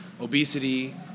obesity